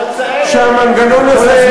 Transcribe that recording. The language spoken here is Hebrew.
שהמנגנון הזה,